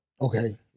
Okay